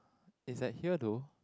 it's at here though